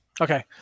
Okay